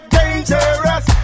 dangerous